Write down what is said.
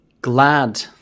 glad